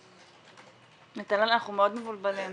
נתנאל, אנחנו מאוד מבולבלים.